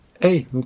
Hey